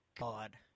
God